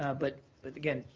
ah but but again,